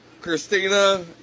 Christina